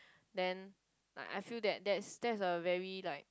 then like I feel that that's that's a very like